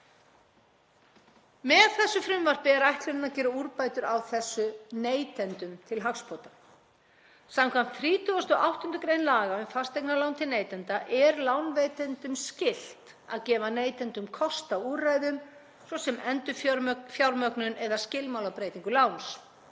Með frumvarpinu er ætlunin að gera úrbætur á þessu neytendum til hagsbóta. Samkvæmt 38. gr. laga um fasteignalán til neytenda er lánveitendum skylt að gefa neytendum kost á úrræðum, svo sem endurfjármögnun eða skilmálabreytingu láns,